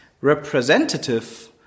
representative